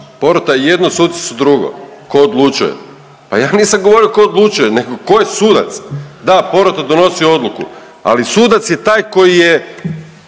porota je jedno, suci su drugo. Tko odlučuje? Pa ja nisam govorio tko odlučuje, nego tko je sudac. Da, porota donosi odluku, ali sudac je taj koji s